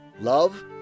love